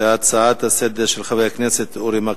ההצעה לסדר-היום של חבר הכנסת אורי מקלב.